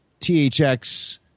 THX